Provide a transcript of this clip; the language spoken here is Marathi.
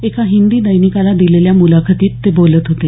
एका हिंदी दैनिकाला दिलेल्या मुलाखतीत ते बोलत होते